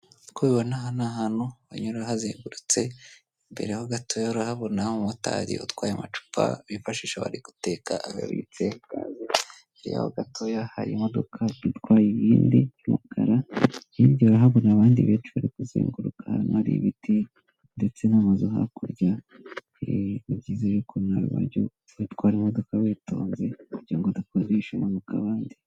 Uko ubibona aha ni ahantu banyura hazengurutse, imbere ho gatoya urahabona umumotari utwaye amacupa bifashisha bari guteka arabitse ikaze, hirya yaho gatoya hari imodoka itwaye ibindi by'umukara, hirya urahabona abandi bicaye bari kuzenguruka ahantu hari ibiti ndetse n'amazu hakurya, e ni byiza yuko mwabanje gutwara imodoka witonze kugirango udakodesha impanuka abandi.